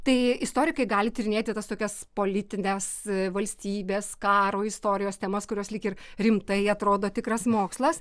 tai istorikai gali tyrinėti tas tokias politines valstybės karo istorijos temas kurios lyg ir rimtai atrodo tikras mokslas